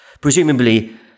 Presumably